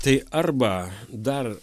tai arba dar